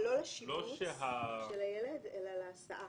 לא לשיבוץ של הילד אלא להסעה.